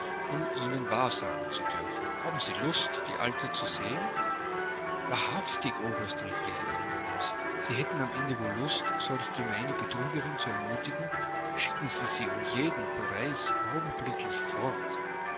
um ihnen wahrsagen zu dürfen haben sie lust die alte zu sehen wahrhaftig oberst rief lady ingram aus sie hätten am ende wohl lust solche gemeine betrügerin zu ermutigen schicken sie sie um jeden preis augenblicklich fort